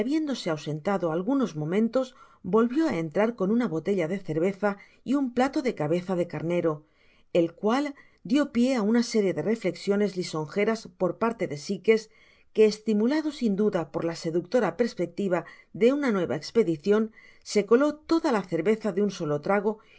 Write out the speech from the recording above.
habiéndose ausentado algunos niomentos volvió á entrar con una botella de cerveza y un plato de cabeza de carnero el cual dio pié á una serie de reflecsiones lisonjeras por parte de sikes que estimulado sin duda por la seductora perspectiva de una nue va espedirían se coló toda la cerveza de un solo trago